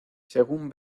según